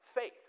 faith